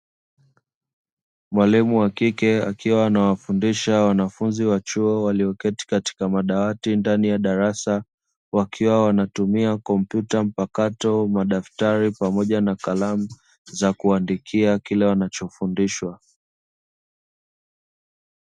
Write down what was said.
Mwalimu wa kike akiwa anawafundisha wanafunzi wa chuo walioketi katika madawati ndani ya darasa. Wakiwa wanatumia kumpyuta mpakato, madaftari pamoja na kalamu za kuandikia kile wanachofundishwa.